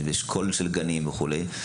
זה באשכול של גנים וכו'.